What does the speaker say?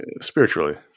Spiritually